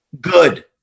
good